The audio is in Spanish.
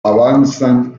avanzan